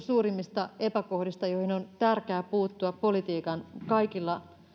suurimmista epäkohdista joihin on tärkeää puuttua politiikan kaikilla